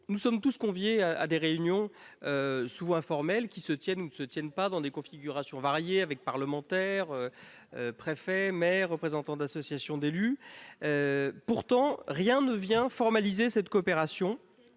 Nous sommes tous conviés à des réunions, souvent informelles, qui se tiennent selon des configurations variées, avec les parlementaires, le préfet, les maires, les représentants des associations d'élus. Pourtant, rien ne vient formaliser cette coopération.